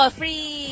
free